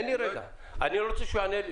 הם לא רוצים להזמין פורענות.